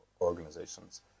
organizations